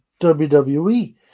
WWE